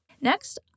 Next